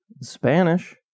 Spanish